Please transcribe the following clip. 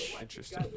Interesting